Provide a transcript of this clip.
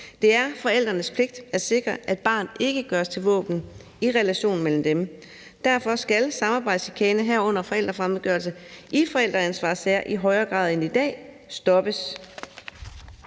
Det er forældrenes pligt at sikre, at barnet ikke gøres til våben i relationen mellem dem. Derfor skal samarbejdschikane, herunder forældrefremmedgørelse, i forældreansvarssager i højere grad end i dag stoppes.